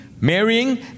marrying